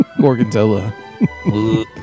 Gorgonzola